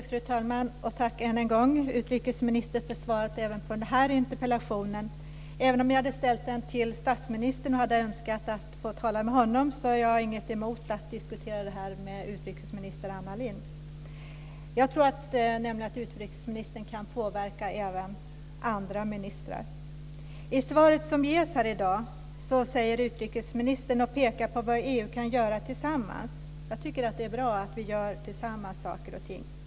Fru talman! Tack, utrikesministern, även för svaret på denna interpellation. Trots att jag hade ställt den till statsministern och hade önskat att få tala med honom har jag inget emot att diskutera detta med utrikesminister Anna Lindh. Jag tror nämligen att utrikesministern kan påverka även andra ministrar. I svaret som ges här i dag pekar utrikesministern på vad EU-länderna kan göra tillsammans. Jag tycker att det är bra att vi gör saker och ting tillsammans.